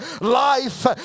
life